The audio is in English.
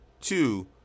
two